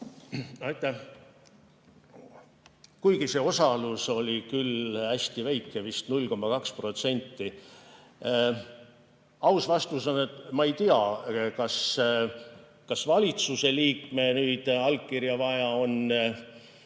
Aitäh! See osalus oli küll hästi väike, vist 0,2%. Aus vastus on, et ma ei tea, kas valitsusliikme allkirja on